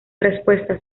respuesta